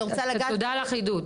תודה על החידוד.